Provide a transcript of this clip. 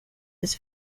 his